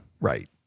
Right